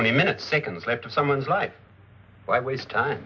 only minutes seconds left to someone's life why waste time